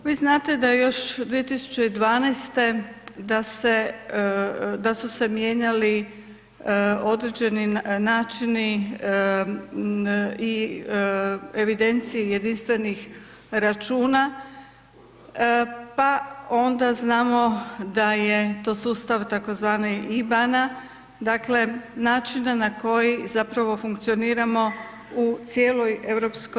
Vi znate da je još 2012. da se, da su se mijenjali određeni načini i evidencije jedinstvenih računa, pa onda znamo da je to sustav tzv. IBAN-a, dakle načina na koji zapravo funkcioniramo u cijeloj EU.